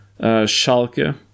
Schalke